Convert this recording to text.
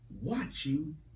watching